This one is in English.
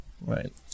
right